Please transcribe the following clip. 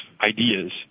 ideas